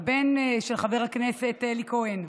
הבן של חבר הכנסת אלי כהן,